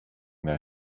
their